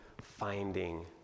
finding